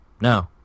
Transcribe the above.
No